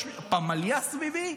יש פמליה סביבי,